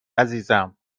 عزیزم